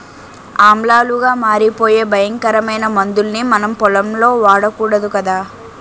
ఆమ్లాలుగా మారిపోయే భయంకరమైన మందుల్ని మనం పొలంలో వాడకూడదు కదా